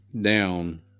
down